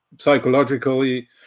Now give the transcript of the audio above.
Psychologically